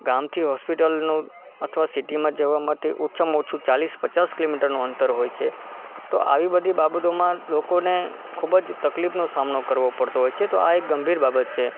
ગામથી હૉસ્પિટલનું અથવા સિટીમાં જવા માટે ઓછામાં ઓછું ચાળીસ પચાસ કિલોમીટરનું અંતર હોય છે તો આવી બધી બાબતોમાં લોકોને ખૂબ જ તકલીફનો સામનો કરવો પડતો હોય છે તો આ એક ગંભીર બાબત છે